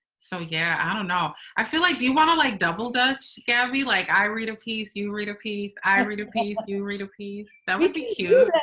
so, yeah, i don't know. i feel like. do you want to, like, double dutch gabby? like, i read a piece. you read a piece. i read a piece. you read a piece that would be cute.